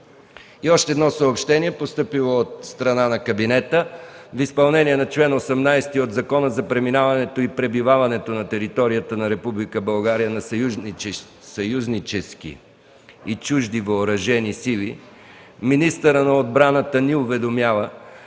Още едно съобщение, постъпило от страна на кабинета. В изпълнение на чл. 18 от Закона за преминаването и пребиваването на територията на Република България на съюзнически и чужди въоръжени сили министърът на отбраната ни уведомява,